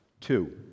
Two